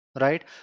Right